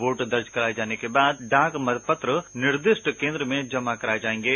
vote दर्ज कराए जाने के बाद डाक मतपत्र निर्दिष्ट कें द्र में जमा कराए जाएंगे